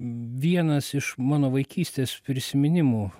vienas iš mano vaikystės prisiminimų